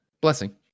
blessing